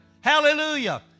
hallelujah